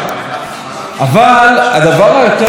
לא רק שהיא השתעשעה,